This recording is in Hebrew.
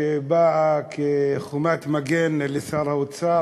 שבאה כחומת מגן לשר האוצר,